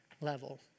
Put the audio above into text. level